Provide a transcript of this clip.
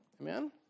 Amen